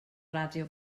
radio